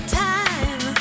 time